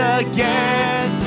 again